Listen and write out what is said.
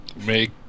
make